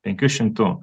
penkių šimtų